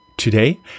today